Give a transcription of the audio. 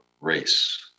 race